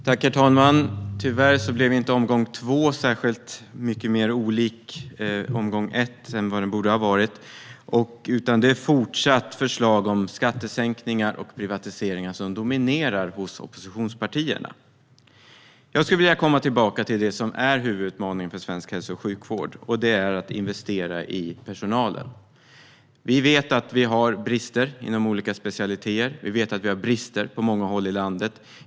Herr talman! Tyvärr blev inte omgång två så olik omgång ett som den borde ha blivit. Det är fortsatt förslag om skattesänkningar och privatiseringar som dominerar hos oppositionspartierna. Jag skulle vilja komma tillbaka till det som är huvudutmaningen för svensk hälso och sjukvård: att investera i personalen. Vi vet att vi har brister inom olika specialiteter. Vi vet att vi har brister på många håll i landet.